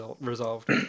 resolved